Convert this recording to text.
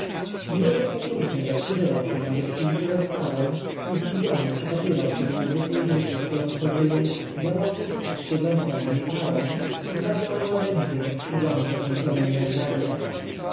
nimi niejeden podróżny zatrzymywał się na gościńcu za stawem i zdziwiony przypatrywał się niezwykłej grupie którą tworzyły biała łódka z siedzącą w niej parą i dwa białe łabędzie ze skrzydłami podniesionemi jak żagle